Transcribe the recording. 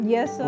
Yes